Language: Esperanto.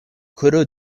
kuru